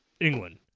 England